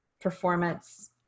performance